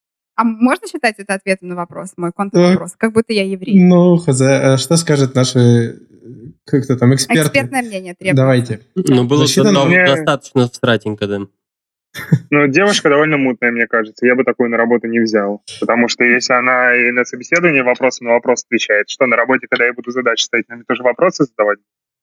А можно считать это ответом на вопрос, мой контрвопрос? Э, Как будто я еврей. ну, хз, а что скажут наши, э, как-то там эксперты? Экспертное мнение требуется. Давайте. Ну, было Мужчина, бы, да, например- достаточно стратенько, да. Ну, девушка довольно мутная, мне кажется. Я бы такую на работу не взял. Потому что если она и на собеседовании вопрос на вопрос отвечает, что на работе, когда я буду задачи ставить, надо тоже вопросы задавать? Я-